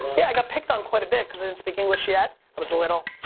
yeah, i got picked on quite a bit cause i didn't speak english yet. i was little.